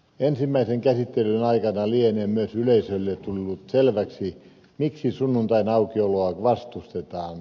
ensimmäisen käsittelyn aikana lienee myös yleisölle tullut selväksi miksi sunnuntain aukioloa vastustetaan